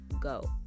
go